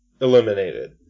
eliminated